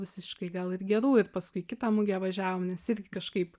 visiškai gal ir gerų ir paskui į kitą mugę važiavom nes irgi kažkaip